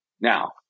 Now